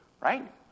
right